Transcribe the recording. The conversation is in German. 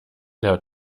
der